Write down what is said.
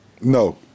No